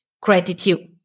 gratitude